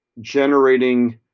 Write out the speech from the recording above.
generating